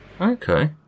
Okay